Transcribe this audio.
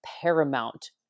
paramount